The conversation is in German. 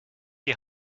die